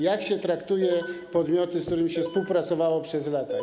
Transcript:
Jak się traktuje podmioty, z którymi się współpracowało przez lata?